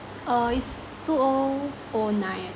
oh is two O O nine ah